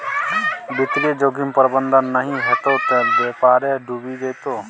वित्तीय जोखिम प्रबंधन नहि हेतौ त बेपारे डुबि जेतौ